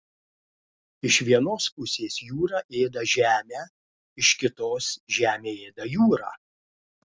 iš vienos pusės jūra ėda žemę iš kitos žemė ėda jūrą